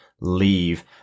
leave